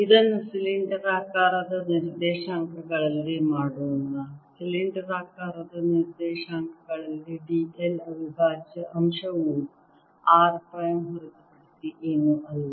ಇದನ್ನು ಸಿಲಿಂಡರಾಕಾರದ ನಿರ್ದೇಶಾಂಕಗಳಲ್ಲಿ ಮಾಡೋಣ ಸಿಲಿಂಡರಾಕಾರದ ನಿರ್ದೇಶಾಂಕಗಳಲ್ಲಿ d l ಅವಿಭಾಜ್ಯ ಅಂಶವು R ಪೈ ಹೊರತುಪಡಿಸಿ ಏನೂ ಅಲ್ಲ